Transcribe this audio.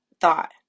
thought